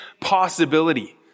possibility